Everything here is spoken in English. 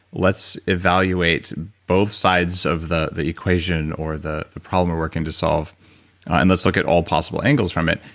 let's evaluate evaluate both sides of the the equation or the problem we're working to solve and let's look at all possible angles from it,